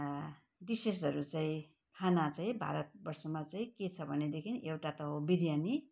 डिसेजहरू चाहिँ खाना चाहिँ भारतवर्षमा चाहिँ के छ भनेदेखि एउटा त हो बिरयानी